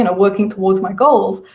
and working towards my goals.